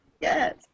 Yes